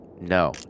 No